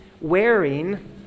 wearing